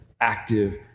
active